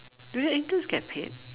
do your interns get paid